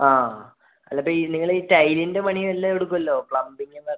ആ അല്ലപ്പോള് ഈ നിങ്ങള് ഈ ടൈലിൻ്റെ പണിയെല്ലാം എടുക്കുമല്ലോ പ്ലംബിംഗ് വേറെ